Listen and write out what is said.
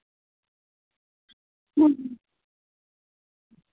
ᱦᱩᱸ